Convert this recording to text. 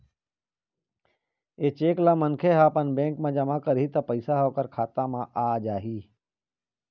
ए cheque ल मनखे ह अपन बेंक म जमा करही त पइसा ह ओखर खाता म आ जाही